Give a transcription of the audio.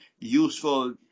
useful